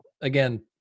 Again